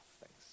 thanks